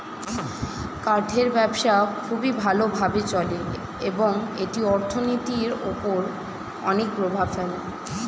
কাঠের ব্যবসা খুবই ভালো ভাবে চলে এবং এটি অর্থনীতির উপর অনেক প্রভাব ফেলে